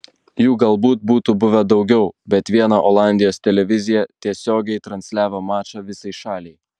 jų galbūt būtų buvę daugiau bet viena olandijos televizija tiesiogiai transliavo mačą visai šaliai